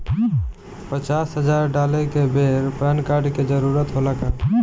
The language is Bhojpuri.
पचास हजार डाले के बेर पैन कार्ड के जरूरत होला का?